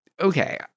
Okay